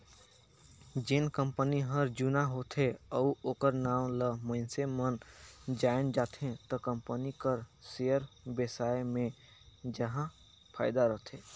जेन कंपनी हर जुना होथे अउ ओखर नांव ल मइनसे मन जाएन जाथे त कंपनी कर सेयर बेसाए मे जाहा फायदा रथे